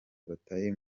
batari